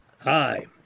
Hi